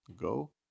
go